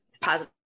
positive